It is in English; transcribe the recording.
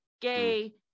gay